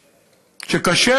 שקשה,